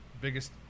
Biggest